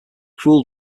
cruel